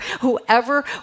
whoever